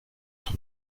son